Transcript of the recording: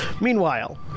Meanwhile